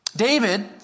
David